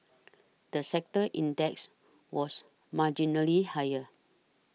the sector index was marginally higher